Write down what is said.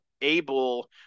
able